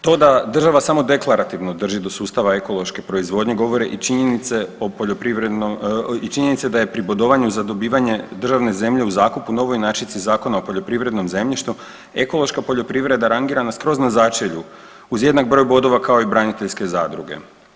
To da država samo deklarativno drži do sustava ekološke proizvodnje govore i činjenice o poljoprivredno, i činjenice da je pri bodovanju za dobivanje državne zemlje u zakupu novoj inačici Zakona o poljoprivrednom zemljištu ekološka poljoprivreda rangirana skroz na začelju uz jednak broj bodova kao i braniteljske zadruge.